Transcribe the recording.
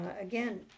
Again